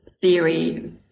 theory